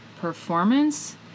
performance